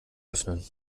öffnen